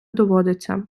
доводиться